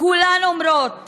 כולן אומרות